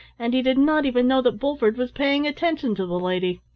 and he did not even know that bulford was paying attention to the lady.